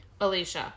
Alicia